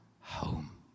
home